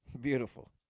Beautiful